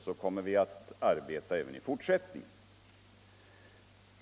Så kommer vi att arbeta även i fortsättningen.